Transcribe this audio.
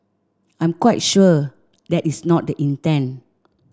I'm quite sure that is not the intent